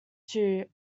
two